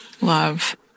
love